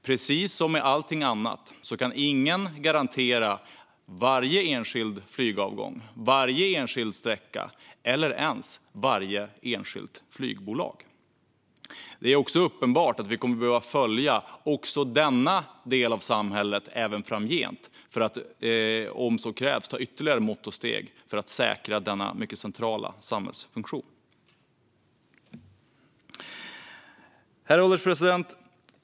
Precis som när det gäller allt annat kan dock ingen garantera varje enskild flygavgång, varje enskild sträcka eller ens varje enskilt flygbolag. Det är också uppenbart att vi kommer att behöva följa denna del av samhället även framgent för att, om så krävs, vidta ytterligare mått och steg för att säkra denna mycket centrala samhällsfunktion. Herr ålderspresident!